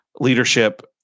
leadership